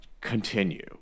continue